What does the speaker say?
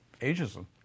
ageism